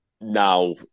now